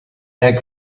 egg